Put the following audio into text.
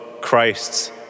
Christ's